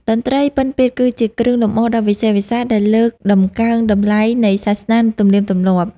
តន្ត្រីពិណពាទ្យគឺជាគ្រឿងលម្អដ៏វិសេសវិសាល ដែលលើកតម្កើងតម្លៃនៃសាសនា និងទំនៀមទម្លាប់។